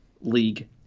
league